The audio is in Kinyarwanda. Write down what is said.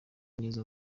neza